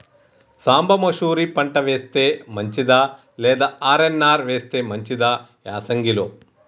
సాంబ మషూరి పంట వేస్తే మంచిదా లేదా ఆర్.ఎన్.ఆర్ వేస్తే మంచిదా యాసంగి లో?